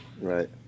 right